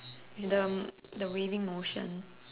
the the waving motion